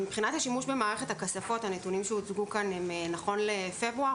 מבחינת השימוש במערכות הכספות הנתונים שהוצגו כאן הם נכונים לפברואר,